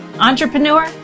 entrepreneur